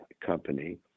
company